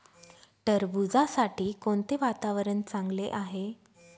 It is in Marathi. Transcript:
टरबूजासाठी कोणते वातावरण चांगले आहे?